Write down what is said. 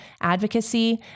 advocacy